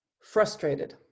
Frustrated